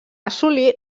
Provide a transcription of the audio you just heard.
assolir